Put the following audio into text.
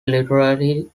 literally